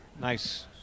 Nice